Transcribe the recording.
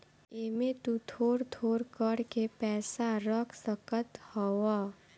एमे तु थोड़ थोड़ कर के पैसा रख सकत हवअ